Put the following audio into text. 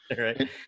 Right